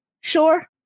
sure